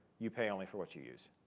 you pay only for what you use.